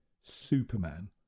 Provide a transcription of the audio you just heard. Superman